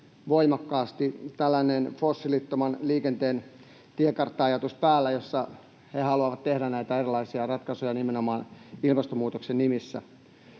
voimakkaasti tällainen fossiilittoman liikenteen tiekartta ‑ajatus päällä, jossa he haluavat tehdä näitä erilaisia ratkaisuja nimenomaan ilmastonmuutoksen nimissä.